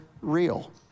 real